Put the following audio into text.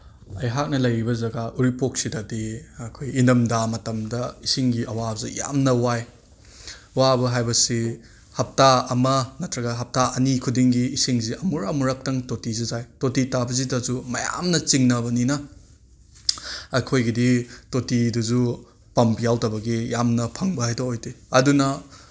ꯑꯩꯍꯥꯛꯅ ꯂꯩꯔꯤꯕ ꯖꯒꯥ ꯌꯨꯔꯤꯄꯣꯛꯁꯤꯗꯗꯤ ꯑꯩꯈꯣꯏ ꯏꯟꯗꯝꯗꯥ ꯃꯇꯝꯗ ꯏꯁꯤꯡꯒꯤ ꯑꯋꯥꯕꯁꯦ ꯌꯥꯝꯅ ꯋꯥꯏ ꯋꯥꯕ ꯍꯥꯏꯕꯁꯤ ꯍꯞꯇꯥ ꯑꯃ ꯅꯠꯇ꯭ꯔꯒ ꯍꯞꯇꯥ ꯑꯅꯤ ꯈꯨꯗꯤꯡꯒꯤ ꯏꯁꯤꯡꯁꯤ ꯑꯃꯨꯔꯛ ꯑꯃꯨꯔꯛꯇꯪ ꯇꯣꯇꯤꯁꯤ ꯇꯥꯏ ꯇꯣꯇꯤ ꯇꯥꯕꯁꯤꯗꯁꯨ ꯃꯌꯥꯝꯅ ꯆꯤꯡꯅꯕꯅꯤꯅ ꯑꯩꯈꯣꯏꯒꯤ ꯇꯣꯇꯤꯗꯨꯁꯨ ꯄꯝ ꯌꯥꯎꯗꯕꯒꯤ ꯌꯥꯝꯅ ꯐꯪꯕ ꯍꯥꯏꯗꯣ ꯑꯣꯏꯗꯦ ꯑꯗꯨꯅ